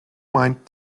mind